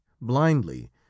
blindly